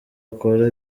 akora